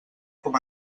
com